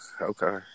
Okay